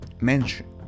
mention